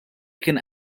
kien